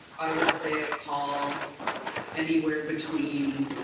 i would say i call anywhere between,